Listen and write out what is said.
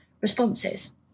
responses